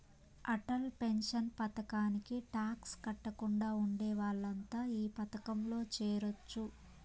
Atal pension పథకానికి tax కట్టకుండా ఉండే వాళ్లంతా ఈ పథకంలో చేరొచ్చు